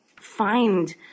find